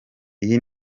iyi